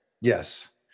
Yes